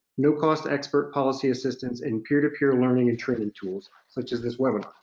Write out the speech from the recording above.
no-cost expert policy assistance, and peer-to-peer learning and training tools such as this webinar.